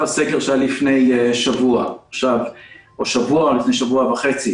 הסגר שהיה לפני שבוע או שבוע וחצי.